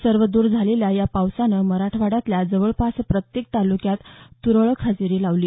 सर्वद्र झालेल्या या पावसानं मराठवाड्यातल्या जवळपास प्रत्येक तालुक्यात तुरळक हजेरी लावली